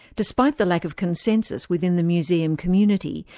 despite the lack of consensus within the museum community,